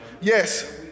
Yes